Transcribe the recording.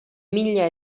mila